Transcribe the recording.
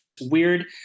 weird